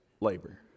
labor